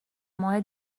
ماه